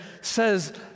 says